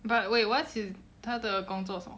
but wait what's his 他的工作什么